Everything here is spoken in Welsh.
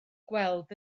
gweld